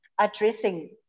addressing